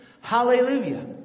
Hallelujah